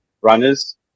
runners